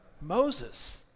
Moses